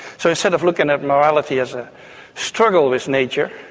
so instead of looking at morality as a struggle with nature,